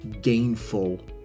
gainful